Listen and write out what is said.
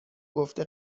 گفته